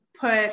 put